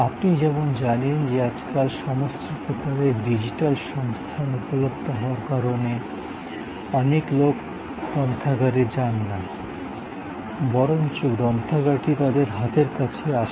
আপনি যেমন জানেন যে আজকাল সমস্ত প্রকারের ডিজিটাল সংস্থান উপলব্ধ হওয়ার কারণে অনেক লোক লাইব্রেরিতে যান না বরঞ্চ গ্রন্থাগারটি তাদের হাতের কাছে আছে